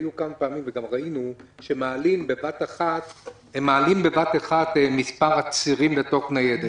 ראינו שמעלים בבת אחת מספר עצירים לתוך ניידת.